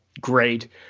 Great